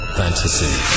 fantasy